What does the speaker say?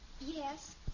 Yes